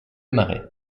marais